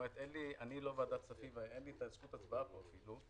לא ועדת הכספים, אין לי זכות הצבעה פה,